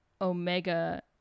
Omega